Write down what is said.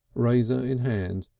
razor in hand,